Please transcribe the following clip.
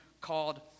called